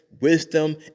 wisdom